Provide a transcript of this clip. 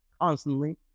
constantly